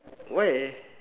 why